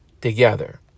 together